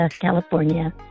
California